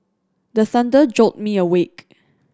the thunder jolt me awake